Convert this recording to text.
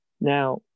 Now